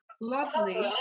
lovely